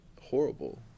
horrible